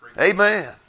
Amen